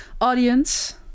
audience